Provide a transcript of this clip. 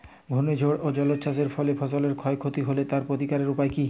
ঘূর্ণিঝড় ও জলোচ্ছ্বাস এর ফলে ফসলের ক্ষয় ক্ষতি হলে তার প্রতিকারের উপায় কী?